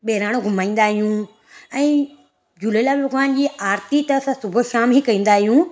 बेहराणो घुमाईंदा आहियूं ऐं झूलेलाल भगवानु जी आरती त असां सुबुह शाम ई कंदा आहियूं